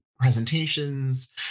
presentations